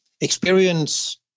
experience